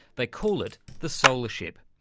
they call it the solar ship.